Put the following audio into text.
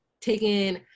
taken